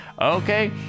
Okay